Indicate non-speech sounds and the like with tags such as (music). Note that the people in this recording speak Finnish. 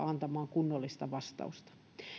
(unintelligible) antamaan kunnollista vastausta